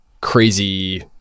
crazy